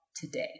today